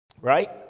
right